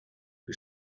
who